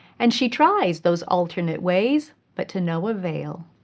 and she tries those alternate ways but to no avail.